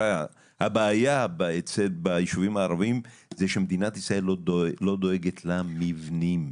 הבעיה בישובים הערביים זה שמדינת ישראל לא דואגת למבנים.